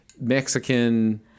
Mexican